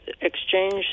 exchange